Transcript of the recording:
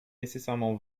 nécessairement